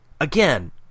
Again